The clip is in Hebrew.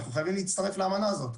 אנחנו חייבים להצטרף לאמנה הזאת.